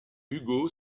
hugo